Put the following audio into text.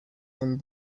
from